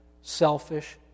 selfish